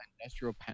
industrial